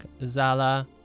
Zala